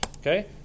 okay